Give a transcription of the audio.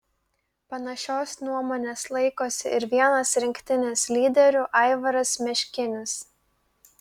panašios nuomonės laikosi ir vienas rinktinės lyderių aivaras meškinis